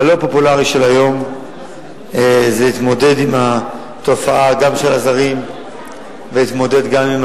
הלא-פופולרי של היום זה להתמודד עם התופעה גם של הזרים וגם להתמודד עם